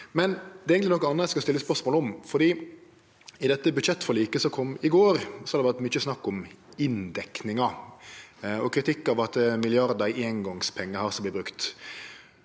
Men det er eigentleg noko anna eg skal stille spørsmål om. I dette budsjettforliket som kom i går, har det vore mykje snakk om inndekkinga og kritikk av at milliardar i eingongspengar vert brukte.